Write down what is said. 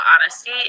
honesty